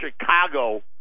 Chicago